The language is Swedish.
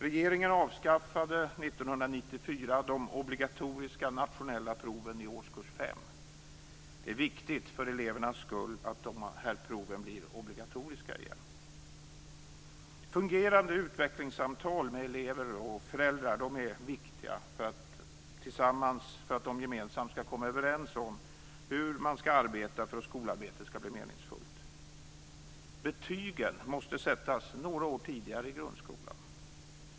Regeringen avskaffade 1994 de obligatoriska nationella proven i årskurs 5. Det är viktigt för elevernas skull att dessa prov blir obligatoriska igen. Fungerande utvecklingssamtal med elever och föräldrar är viktiga för att man gemensamt skall kunna komma överens om hur man skall arbeta för att skolarbetet skall bli meningsfullt. Betygen måste sättas några år tidigare i grundskolan.